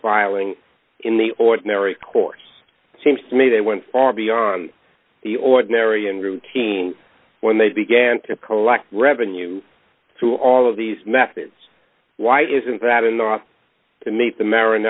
filing in the ordinary course seems to me they went far beyond the ordinary and routine when they began to collect revenue through all of these methods why isn't that enough to make the marin